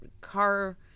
car